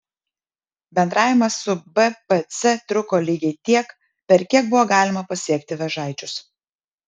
bendravimas su bpc truko lygiai tiek per kiek buvo galima pasiekti vėžaičius